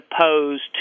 opposed